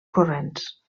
corrents